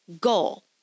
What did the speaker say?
goal